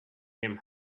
him